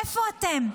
איפה אתם?